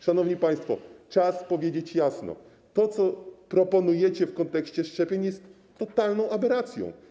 Szanowni państwo, czas powiedzieć jasno: to, co proponujecie w kontekście szczepień, jest totalną aberracją.